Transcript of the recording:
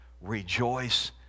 rejoice